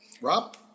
Rob